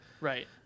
Right